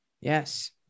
Yes